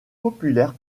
populaire